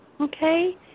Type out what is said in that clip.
Okay